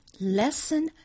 lesson